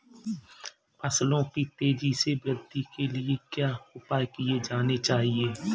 फसलों की तेज़ी से वृद्धि के लिए क्या उपाय किए जाने चाहिए?